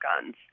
guns